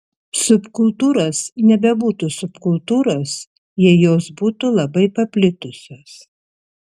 subkultūros nebebūtų subkultūros jei jos būtų labai paplitusios